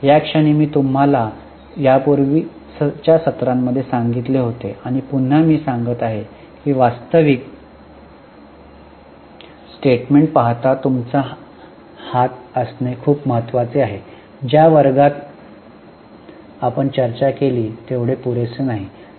या क्षणी मी तुम्हाला यापूर्वी सत्रांमध्ये सांगितले होते आणि पुन्हा मी पुन्हा सांगत आहे की वास्तविक स्टेटमेंट पाहता तुमचा हात असणे खूप महत्वाचे आहे ज्या वर्गात आपण चर्चा केली तेवढे पुरेसे नाही